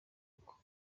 uko